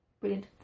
brilliant